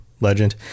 legend